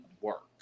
work